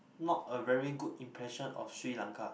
not a very good impression of Sri-Lanka